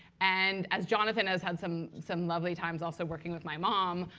and as jonathan has had some some lovely times also working with my mom,